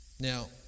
Now